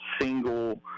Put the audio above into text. single